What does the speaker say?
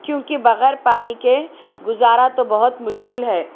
کیونکہ بغیر پانی کے گزارا تو بہت مشکل ہے